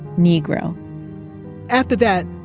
negro after that,